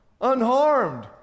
unharmed